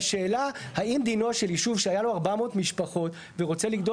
השאלה האם דינו של ישוב שהיה לו 400 משפחות ורוצה לגדול